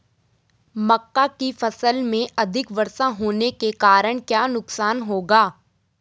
मक्का की फसल में अधिक वर्षा होने के कारण क्या नुकसान होगा?